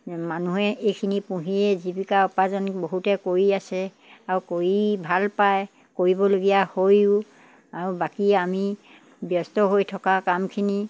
মানুহে এইখিনি পুহিয়েই জীৱিকা উপাৰ্জন বহুতে কৰি আছে আৰু কৰি ভাল পায় কৰিবলগীয়া হৈয়ো আৰু বাকী আমি ব্যস্ত হৈ থকা কামখিনি